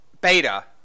Beta